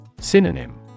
Synonym